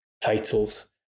titles